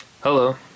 Hello